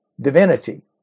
divinity